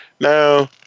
Now